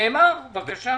נאמר פה, בבקשה.